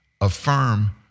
affirm